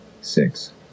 six